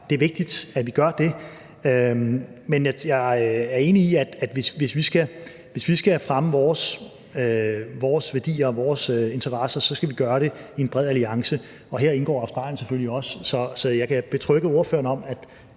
Det er vigtigt, at vi gør det, men jeg er enig i, at hvis vi skal fremme vores værdier og vores interesser, skal vi gøre det i en bred alliance, og her indgår Australien selvfølgelig også. Så jeg kan betrygge ordføreren om, at